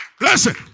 Listen